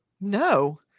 No